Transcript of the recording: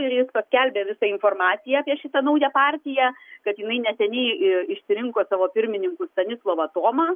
ir jis paskelbė visą informaciją apie šitą naują partiją kad jinai neseniai i išsirinko savo pirmininku stanislovą tomą